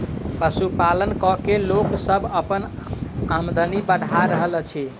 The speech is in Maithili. पशुपालन क के लोक सभ अपन आमदनी बढ़ा रहल अछि